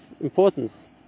importance